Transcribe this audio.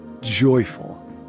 joyful